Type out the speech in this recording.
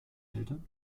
eltern